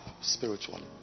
spiritually